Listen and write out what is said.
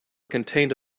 contained